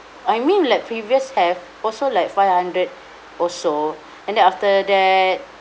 I mean like previous have also like five hundred also and then after that